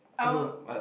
I will